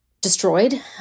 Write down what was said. destroyed